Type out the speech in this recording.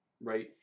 right